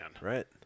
Right